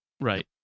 Right